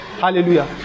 Hallelujah